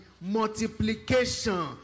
multiplication